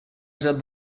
jean